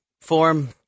Form